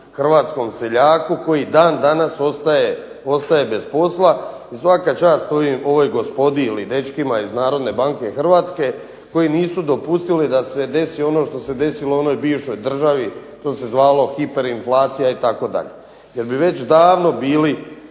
hrvatskom seljaku koji dan danas ostaje bez posla. I svaka čast ovoj gospodi ili dečkima iz Narodne banke Hrvatske koji nisu dopustili da se desi ono što se desilo onoj bivšoj državi. To se zvalo hiperinflacija itd. jer bi već davno bili